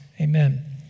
Amen